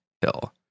Hill